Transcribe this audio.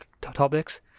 topics